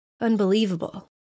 unbelievable